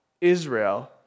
Israel